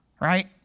right